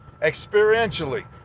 experientially